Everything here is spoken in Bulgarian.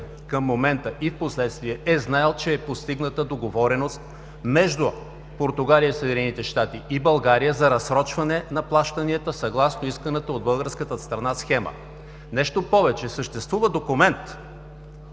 към момента и впоследствие е знаел, че е постигната договореност между Португалия, Съединените щати и България за разсрочване на плащанията съгласно исканата от българската страна схема. Нещо повече, съществува документ,